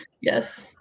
Yes